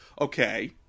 Okay